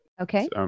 Okay